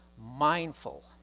mindful